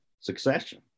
succession